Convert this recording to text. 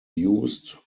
used